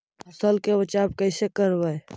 फसल के बचाब कैसे करबय?